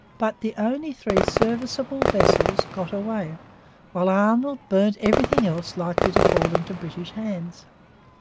but the only three serviceable vessels got away while arnold burnt everything else likely to fall into british hands.